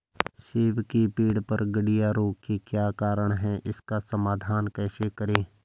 सेब के पेड़ पर गढ़िया रोग के क्या कारण हैं इसका समाधान कैसे करें?